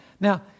Now